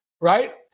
right